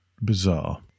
bizarre